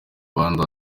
abandi